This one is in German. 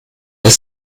der